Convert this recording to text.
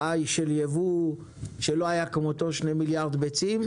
של יבוא שלא היה כמותו, שני מיליארד ביצים,